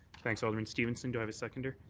thanks, alderman stevenson. do i have a seconder?